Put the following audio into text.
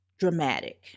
dramatic